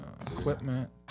Equipment